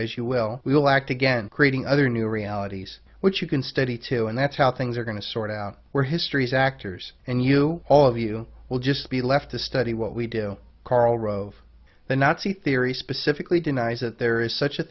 as you will we will act again creating other new realities which you can study too and that's how things are going to sort out where history's actors and you all of you will just be left to study what we do karl rove the nazi theory specifically denies that there there's such a